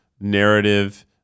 narrative